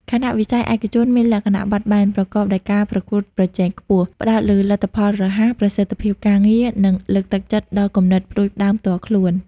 ខណៈវិស័យឯកជនមានលក្ខណៈបត់បែន ប្រកបដោយការប្រកួតប្រជែងខ្ពស់ ផ្តោតលើលទ្ធផលរហ័ស ប្រសិទ្ធភាពការងារ និងលើកទឹកចិត្តដល់គំនិតផ្តួចផ្តើមផ្ទាល់ខ្លួន។